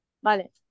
Vale